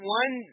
one